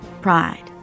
Pride